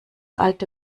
alte